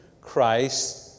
Christ